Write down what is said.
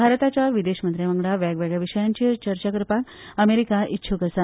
भारताच्या विदेश मंत्र्या वांगडा वेगवेगळ्या विशयांचेर चर्चा करपाक अमेरिका उत्सूक आसा